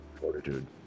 Fortitude